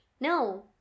No